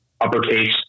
uppercase